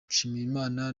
nshimiyimana